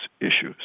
issues